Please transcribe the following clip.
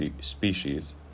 species